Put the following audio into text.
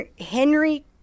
Henry